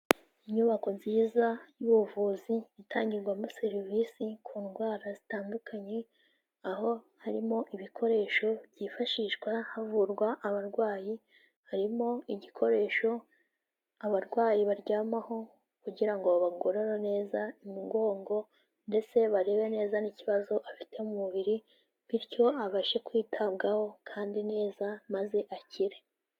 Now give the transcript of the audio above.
Inyubako nziza y'ubuvuzi itangirwamo serivisi ku ndwara zitandukanye, aho harimo ibikoresho byifashishwa havurwa abarwayi. Harimo igikoresho abarwayi baryamaho kugira ngo ba bagorore neza mugongo ndetse barebe neza n'ikibazo afite mu mubiri, bityo abashe kwitabwaho kandi neza maze akire.